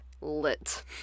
Lit